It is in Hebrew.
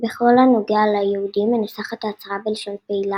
בכל הנוגע ליהודים מנוסחת ההצהרה בלשון פעילה,